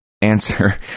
answer